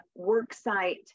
worksite